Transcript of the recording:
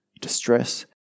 distress